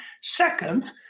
second